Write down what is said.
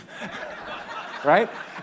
Right